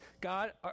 God